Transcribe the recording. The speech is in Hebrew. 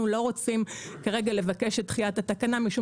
אנחנו לא רוצים כרגע לבקש את דחיית התקנה משום